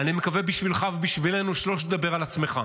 אני מקווה בשבילך ובשבילנו שלא תדבר על עצמך.